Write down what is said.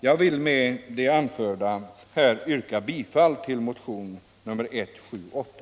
Jag vill med det anförda yrka bifall till motionen 178.